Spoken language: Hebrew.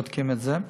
בודקים את זה.